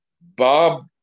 Bob